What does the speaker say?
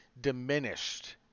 diminished